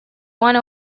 one